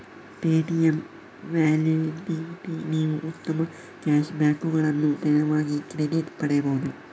Paytm ವ್ಯಾಲೆಟ್ಗೆ ನೀವು ಉತ್ತಮ ಕ್ಯಾಶ್ ಬ್ಯಾಕುಗಳನ್ನು ನೇರವಾಗಿ ಕ್ರೆಡಿಟ್ ಪಡೆಯಬಹುದು